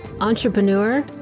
entrepreneur